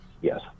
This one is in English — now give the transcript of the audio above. yes